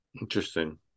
Interesting